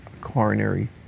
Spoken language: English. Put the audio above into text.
coronary